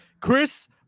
Chris